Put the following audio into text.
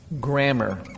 Grammar